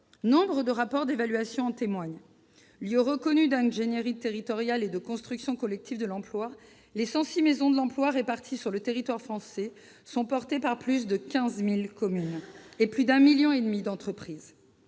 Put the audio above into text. nombreux rapports d'évaluation en témoignent. Lieux reconnus d'ingénierie territoriale et de construction collective de l'emploi, les 106 maisons de l'emploi réparties sur le territoire français sont portées par plus de 15 000 communes et plus 1 500 000 entreprises.